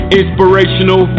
inspirational